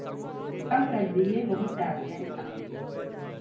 कम कर दीजिए बहुत ज़्यादे आप